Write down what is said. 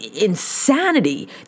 Insanity